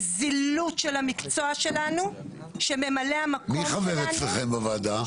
זה זילות של המקצוע שלנו שממלאי המקום שלנו --- מי חבר אצלכם בוועדה?